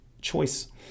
choice